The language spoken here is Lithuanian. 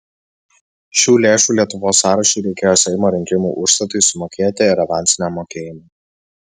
šių lėšų lietuvos sąrašui reikėjo seimo rinkimų užstatui sumokėti ir avansiniam mokėjimui